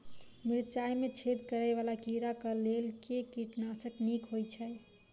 मिर्चाय मे छेद करै वला कीड़ा कऽ लेल केँ कीटनाशक नीक होइ छै?